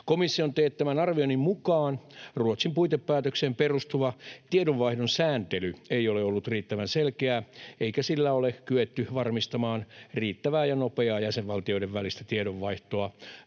Komission teettämän arvioinnin mukaan Ruotsin puitepäätökseen perustuva tiedonvaihdon sääntely ei ole ollut riittävän selkeää eikä sillä ole kyetty varmistamaan riittävää ja nopeaa jäsenvaltioiden välistä tiedonvaihtoa,